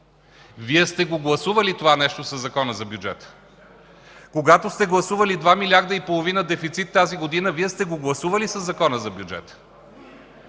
Вие сте гласували това нещо със Закона за бюджета. Когато сте гласували 2,5 милиарда дефицит тази година, Вие сте го гласували със Закона за бюджета.